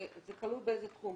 זה תלוי באיזה תחום.